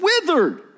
withered